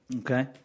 Okay